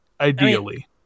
Ideally